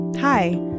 Hi